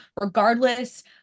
regardless